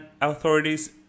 authorities